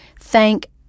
thank